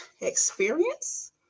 experience